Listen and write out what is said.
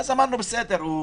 אמרנו אז: בסדר, הוא